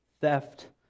theft